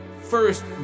first